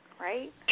Right